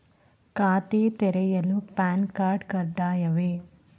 ಖಾತೆ ತೆರೆಯಲು PAN card ಕಡ್ಡಾಯವೇ?